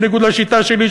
בניגוד לשיטה שלי,